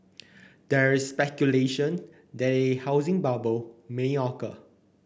there is speculation that a housing bubble may occur